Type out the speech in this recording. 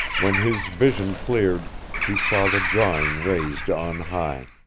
when his vision cleared he saw the drawing raised on high